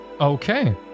Okay